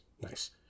Nice